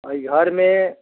ओहि घरमे